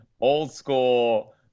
old-school